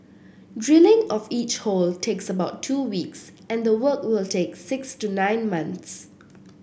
drilling of each hole takes about two weeks and the work will take six to nine months